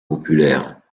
populaires